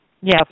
Yes